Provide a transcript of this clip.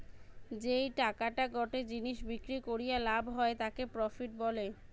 যেই টাকাটা গটে জিনিস বিক্রি করিয়া লাভ হয় তাকে প্রফিট বলে